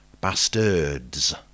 Bastards*